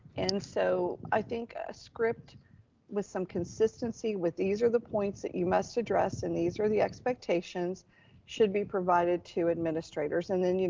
and so i think a script with some consistency with these are the points that you must address, and these are the expectations should be provided to administrators, and then, you